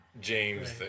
James